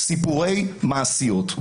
סיפורי מעשיות.